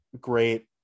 great